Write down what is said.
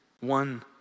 One